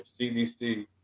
CDC